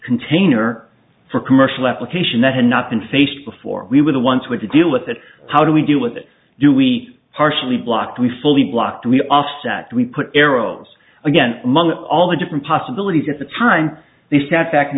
container for commercial application that had not been faced before we were the ones with to deal with it how do we do it do we partially blocked we fully blocked we offset we put arrows again among all the different possibilities at the time the sad fac